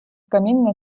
каміння